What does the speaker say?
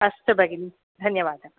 अस्तु भगिनि धन्यवादः